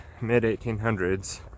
mid-1800s